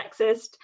sexist